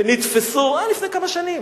זה היה לפני כמה שנים,